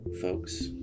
folks